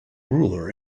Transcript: ruler